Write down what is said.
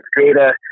data